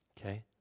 Okay